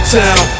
town